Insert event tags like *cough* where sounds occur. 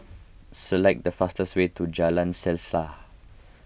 select the fastest way to Jalan *unintelligible*